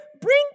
bring